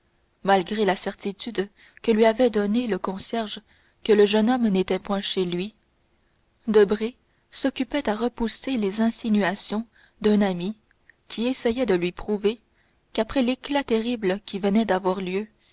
malgré la certitude que lui avait donnée le concierge que le jeune homme n'était point chez lui debray s'occupait à repousser les insinuations d'un ami qui essayait de lui prouver qu'après l'éclat terrible qui venait d'avoir lieu